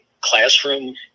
classroom